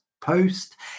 post